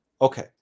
Okay